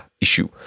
issue